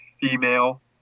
female